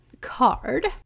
card